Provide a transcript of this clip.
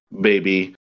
baby